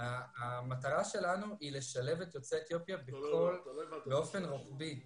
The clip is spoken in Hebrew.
המטרה שלנו היא לשלב את יוצאי אתיופיה באופן רוחבי,